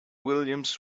williams